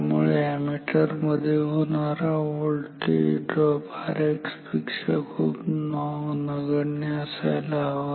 त्यामुळे अॅमीटर मध्ये होणारा व्होल्टेज ड्रॉप Rx पेक्षा खूप नगण्य असायला हवा